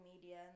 media